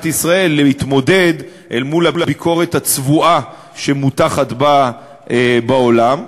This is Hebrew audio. ישראל להתמודד עם הביקורת הצבועה שמוטחת בה בעולם,